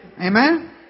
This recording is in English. Amen